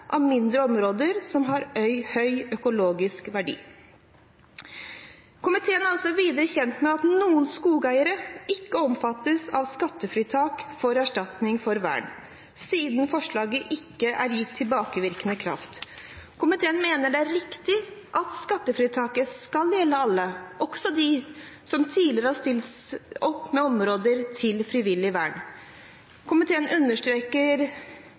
av mindre områder som har høy økologisk verdi. Komiteen er videre kjent med at noen skogeiere ikke omfattes av skattefritak for erstatning for vern, siden forslaget ikke er gitt tilbakevirkende kraft. Komiteen mener det er riktig at skattefritaket skal gjelde alle, også de som tidligere har stilt opp med områder til frivillig vern. Komiteen understreker